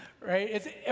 Right